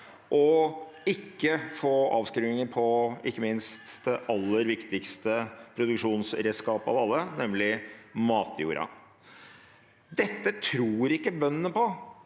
og ikke få avskrivninger, ikke minst på det aller viktigste produksjonsredskapet av alle, nemlig matjorden. Dette tror ikke bøndene på.